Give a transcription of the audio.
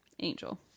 angel